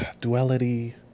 duality